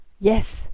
yes